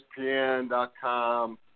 ESPN.com